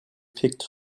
picked